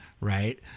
right